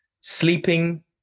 sleeping